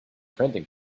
printing